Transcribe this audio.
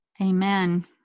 Amen